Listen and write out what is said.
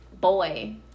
boy